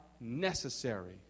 necessary